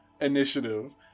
initiative